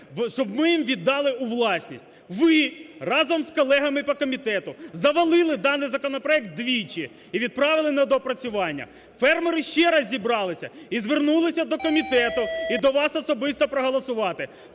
щоб ми їм віддали у власність. Ви разом із колегами по комітету завалили даний законопроект двічі і відправили на доопрацювання. Фермери ще раз зібралися і звернулися до комітету і до вас особисто – проголосувати.